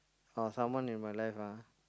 oh someone in my life ah